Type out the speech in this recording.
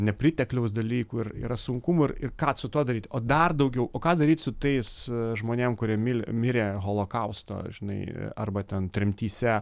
nepritekliaus daly kur yra sunkumų ir ir ką su tuo daryti o dar daugiau o ką daryt su tais žmonėm kurie mil mirė holokausto žinai arba ten tremtyse